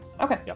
okay